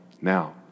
now